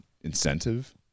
incentive